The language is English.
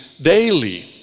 daily